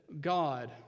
God